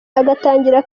agatangira